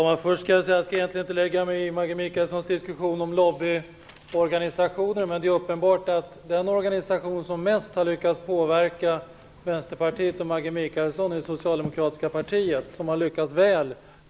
Herr talman! Jag skall inte lägga mig i Maggi Mikaelssons diskussion om lobbyorganisationer, men det är uppenbart att den organisation som mest har lyckats påverka Vänsterpartiet och Maggi Mikaelsson är det socialdemokratiska partiet.